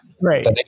right